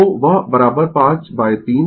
तो वह 53 सेकंड